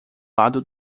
lado